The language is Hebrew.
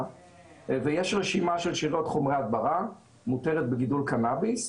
ויש רשימה של שאריות חומרי הדברה המותרת בגידול קנאביס.